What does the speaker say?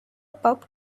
pub